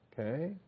okay